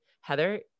Heather